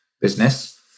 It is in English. business